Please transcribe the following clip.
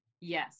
Yes